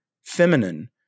feminine